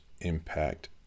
impact